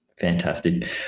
Fantastic